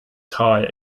tie